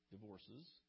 divorces